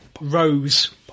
Rose